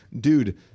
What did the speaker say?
dude